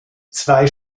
zwei